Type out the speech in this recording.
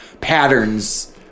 patterns